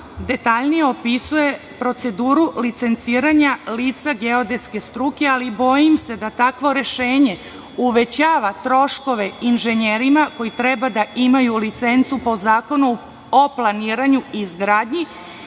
detaljnije opisuje proceduru licenciranja lica geodetske struke, ali bojim se da takvo rešenje uvećava troškove inženjerima koji treba da imaju licencu po Zakonu o planiranju i izgradnji